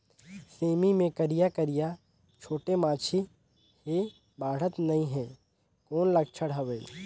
सेमी मे करिया करिया छोटे माछी हे बाढ़त नहीं हे कौन लक्षण हवय?